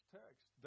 text